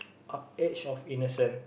ah age of innocent